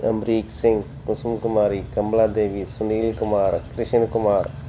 Amrik Singh Kusum Kumari Kamla Devi Sunil Kumar Krishan Kumar